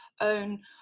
own